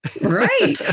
right